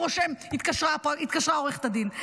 הוא רושם: התקשרה עורכת הדין.